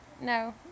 No